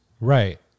Right